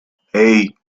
hey